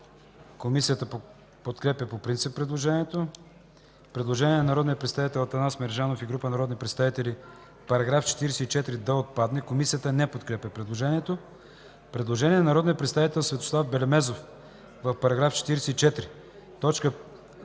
Комисията подкрепя по принцип предложението. Има предложение от народния представител Атанас Мерджанов и група народни представители § 44 да отпадне. Комисията не подкрепя предложението. Предложение от народния представител Светослав Белемезов: „В § 44: